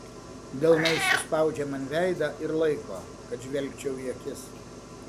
delnais suspaudžia man veidą ir laiko kad žvelgčiau į akis